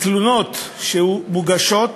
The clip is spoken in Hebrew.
בתלונות שמוגשות,